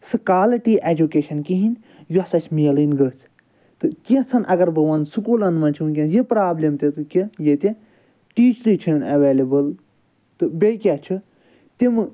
سُہ quality education کِہیٖنۍ یوٚس اَسہِ مِلٕنۍ گٔژھ تہٕ کینٛژَن اگر بہٕ وَنہٕ سُکولَن مَنٛز چھِ وٕنۍکٮ۪نَس یہِ پرٛابلم تہِ تہٕ کہِ ییٚتہِ ٹیٖچرٕے چھِنہٕ اویلیبل تہٕ بیٚیہِ کیاہ چھُ تِمہٕ